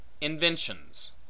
inventions